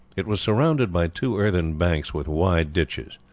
it was surrounded by two earthen banks with wide ditches.